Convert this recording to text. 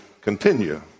continue